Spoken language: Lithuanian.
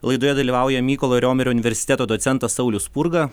laidoje dalyvauja mykolo riomerio universiteto docentas saulius spurga